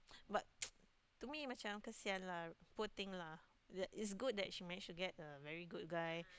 but to me macam kesian lah poor thing lah is that is good that she manage to get a very good guy